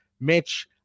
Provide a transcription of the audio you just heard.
Mitch